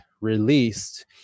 released